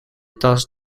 task